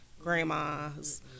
grandmas